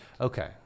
Okay